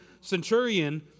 centurion